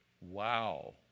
Wow